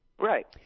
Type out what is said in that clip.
Right